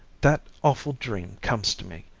that awful dream comes to me.